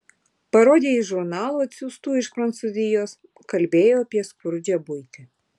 parodė jis žurnalų atsiųstų iš prancūzijos kalbėjo apie skurdžią buitį